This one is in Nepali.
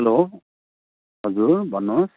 हेलो हजुर भन्नुहोस्